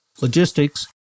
logistics